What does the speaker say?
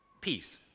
peace